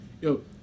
yo